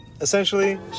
essentially